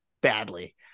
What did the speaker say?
badly